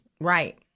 Right